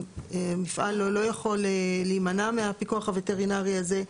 המפעל לא יכול להימנע מהפיקוח הווטרינרי הזה.